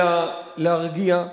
אלא להרגיע,